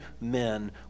men